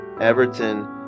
Everton